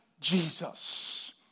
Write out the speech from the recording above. Jesus